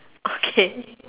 okay